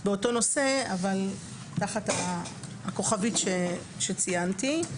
באותו נושא אבל תחת הכוכבית שציינתי,